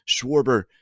Schwarber